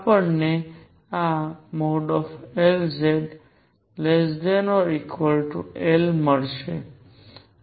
આપણને આ |Lz|≤L મળશે આ નો અર્થ n ℏ≤k થાય છે